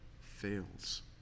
fails